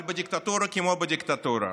אבל בדיקטטורה כמו בדיקטטורה,